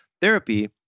Therapy